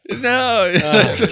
No